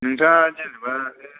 नोंस्रा जेन'बा